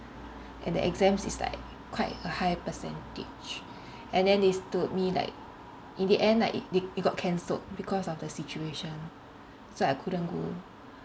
and the exams is like quite a high percentage and then they s~ told me like in the end like it they it got cancelled because of the situation so I couldn't go